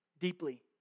Deeply